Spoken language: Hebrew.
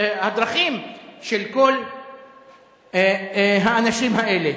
דרכים של כל האנשים האלה.